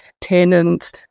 tenants